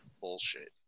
bullshit